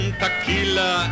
tequila